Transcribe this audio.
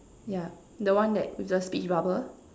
yup the one that with the speech bubble